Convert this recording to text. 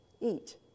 eat